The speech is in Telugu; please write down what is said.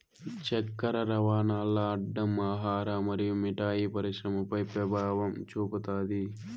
చక్కర రవాణాల్ల అడ్డం ఆహార మరియు మిఠాయి పరిశ్రమపై పెభావం చూపుతాది